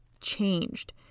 changed